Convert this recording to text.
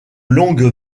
longue